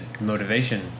motivation